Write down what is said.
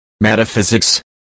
metaphysics